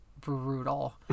brutal